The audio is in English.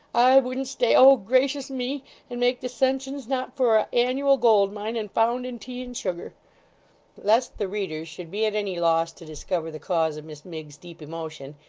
i wouldn't stay oh, gracious me and make dissensions, not for a annual gold mine, and found in tea and sugar lest the reader should be at any loss to discover the cause of miss miggs's deep emotion,